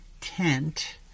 tent